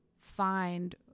find